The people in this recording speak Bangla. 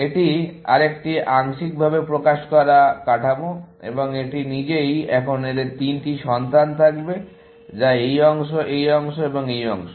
এটি আরেকটি আংশিকভাবে প্রকাশ করা কাঠামো এবং এটি নিজেই এখন তিনটি সন্তান থাকবে যা এই অংশ এই অংশ এবং এই অংশ